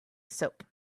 soap